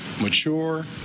mature